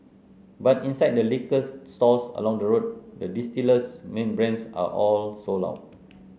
but inside the liquors stores along the road the distiller's main brands are all sold out